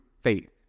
faith